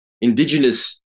indigenous